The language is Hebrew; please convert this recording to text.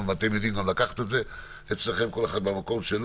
וכל אחד מכם יודע כמובן גם לקחת את זה מהמקום שלו.